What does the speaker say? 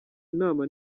inama